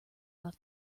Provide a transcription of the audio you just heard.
left